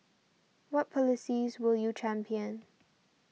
what policies will you champion